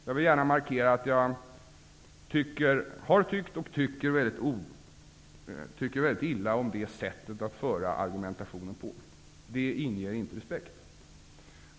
Jag vill gärna markera att jag har tyckt och tycker väldigt illa om det sättet att föra argumentationen. Det inger inte respekt.